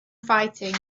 fighting